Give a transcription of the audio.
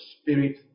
spirit